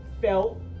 felt